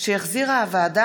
שהחזירה הוועדה